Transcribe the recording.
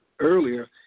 Earlier